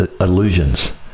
illusions